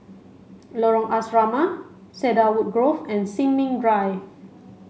Lorong Asrama Cedarwood Grove and Sin Ming Drive